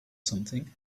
something